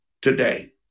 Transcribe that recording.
today